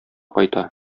кайта